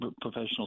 professional